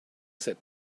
said